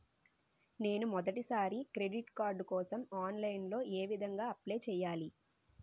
నేను మొదటిసారి credit card కోసం ఆన్లైన్ లో ఏ విధంగా అప్లై చేయాలి?